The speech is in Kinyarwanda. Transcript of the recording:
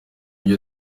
byo